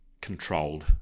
controlled